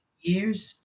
years